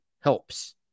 helps